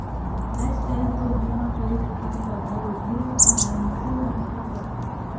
आयज कायल तो बीमा करे के काम ल घलो ढेरेच झन मइनसे मन हर करथे